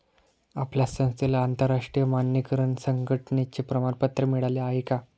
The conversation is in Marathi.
आपल्या संस्थेला आंतरराष्ट्रीय मानकीकरण संघटने चे प्रमाणपत्र मिळाले आहे का?